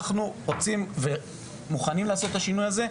אנחנו רוצים ומוכנים לעשות את השינוי הזה,